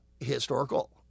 historical